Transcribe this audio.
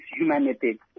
humanity